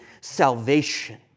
salvation